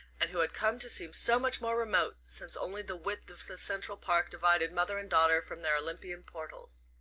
and who had come to seem so much more remote since only the width of the central park divided mother and daughter from their olympian portals.